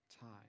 time